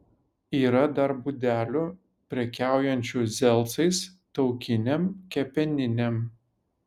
yra dar būdelių prekiaujančių zelcais taukinėm kepeninėm